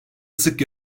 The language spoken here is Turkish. sık